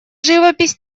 живопись